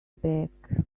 back